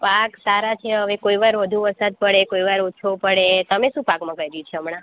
પાક સારા છે હવે કોઈ વાર વધુ વરસાદ પડે કોઈ વાર ઓછો પડે તમે શું પાકમાં ઉગાડ્યું છે હમણાં